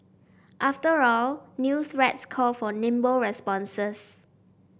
after all new threats call for nimble responses